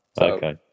Okay